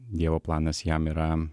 dievo planas jam yra